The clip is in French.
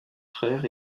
frères